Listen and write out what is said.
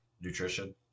nutrition